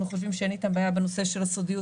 חושבים שאין איתם בעיה בנושא של הסודיות,